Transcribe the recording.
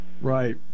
Right